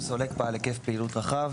סולק בעל היקף פעילות רחב.